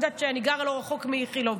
אני גרה לא רחוק מאיכילוב,